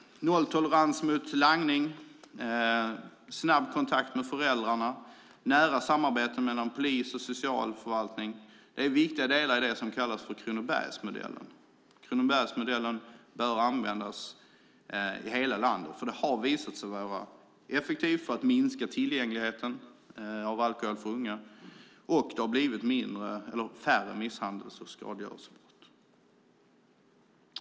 Nolltolerans mot langning, snabb kontakt med föräldrarna, nära samarbete mellan polis och socialförvaltning är viktiga delar i det som kallas för Kronobergsmodellen. Kronobergsmodellen bör användas i hela landet, för den har visat sig vara effektiv för att minska tillgängligheten till alkohol för unga, och det har blivit färre misshandels och skadegörelsebrott.